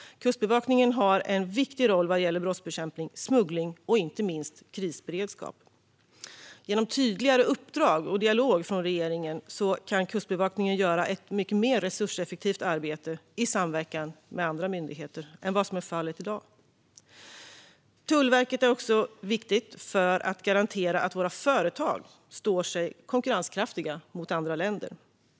Kustbevakningen har en viktig roll vad gäller brottsbekämpning, smuggling och inte minst krisberedskap. Genom tydligare uppdrag och dialog från regeringen kan Kustbevakningen göra ett mycket mer resurseffektivt arbete i samverkan med andra myndigheter än vad som är fallet i dag. Tullverket är också viktigt när det gäller att garantera att våra företag står konkurrenskraftiga gentemot andra länder.